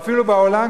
ואפילו בעולם,